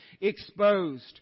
exposed